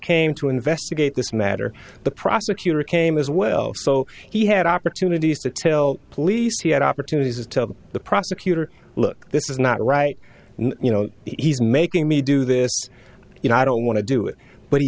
came to investigate this matter the prosecutor came as well so he had opportunities to tell police he had opportunities to tell the prosecutor look this is not right you know he's making me do this you know i don't want to do it but he